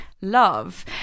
love